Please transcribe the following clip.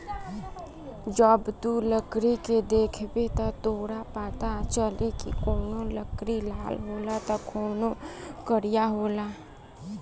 जब तू लकड़ी के देखबे त तोरा पाता चली की कवनो लकड़ी लाल होला त कवनो करिया होला